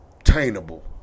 attainable